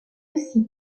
aussi